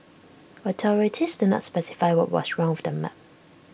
authorities did not specify what was wrong with the map